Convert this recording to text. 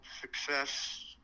success